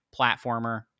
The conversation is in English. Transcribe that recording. platformer